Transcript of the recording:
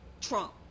Trump